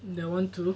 no want to do